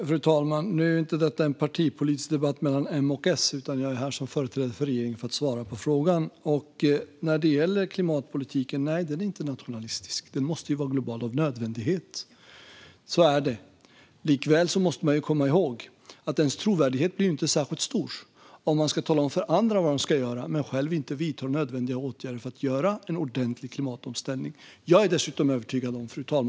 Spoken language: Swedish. Fru talman! Detta är inte en partipolitisk debatt mellan M och S, utan jag är här som företrädare för regeringen och för att svara på frågor. När det gäller klimatpolitiken är regeringens syn inte nationalistisk. Den måste av nödvändighet vara global. Så är det. Likväl måste man komma ihåg att ens trovärdighet inte blir särskilt stor om man ska tala om för andra vad de ska göra men inte själv vidtar nödvändiga åtgärder för att göra en ordentlig klimatomställning. Fru talman!